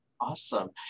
Awesome